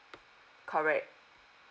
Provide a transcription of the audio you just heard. correct